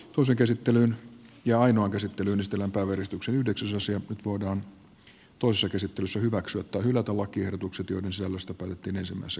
osa käsittelyyn ja ainoan käsittelyn ystävänpäiväristuksen yhdeksi nyt voidaan toisessa käsittelyssä hyväksyä tai hylätä lakiehdotukset joiden sisällöstä päätettiin ensimmäisessä käsittelyssä